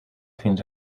fins